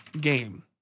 Game